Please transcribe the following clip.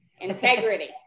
integrity